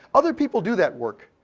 other people do that work.